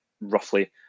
roughly